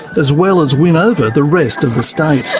as well as win over the rest of the state.